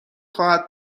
خواهد